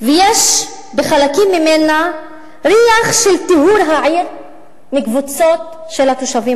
ויש בחלקים ממנה ריח של טיהור העיר מקבוצות של התושבים